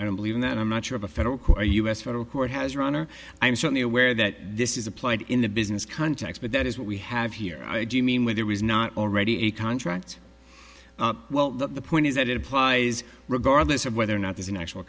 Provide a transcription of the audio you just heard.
i don't believe in that i'm not sure of a federal us federal court has your honor i'm certainly aware that this is applied in the business context but that is what we have here do you mean when there was not already a contract well the point is that it applies regardless of whether or not there's an actual